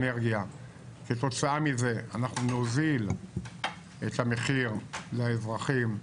כתוצאה מזה אנחנו נוזיל את המחיר לאזרחים,